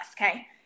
okay